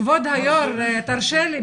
כבוד היו"ר, תרשה לי.